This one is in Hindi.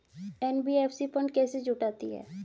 एन.बी.एफ.सी फंड कैसे जुटाती है?